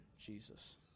Jesus